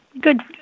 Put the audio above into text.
good